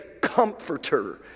comforter